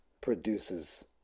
produces